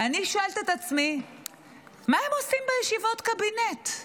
ואני שואלת את עצמי מה הם עושים בישיבות קבינט?